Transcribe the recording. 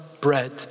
bread